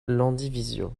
landivisiau